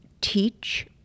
teach